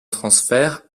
transfert